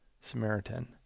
Samaritan